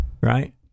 right